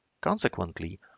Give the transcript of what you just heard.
Consequently